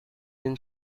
been